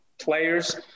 players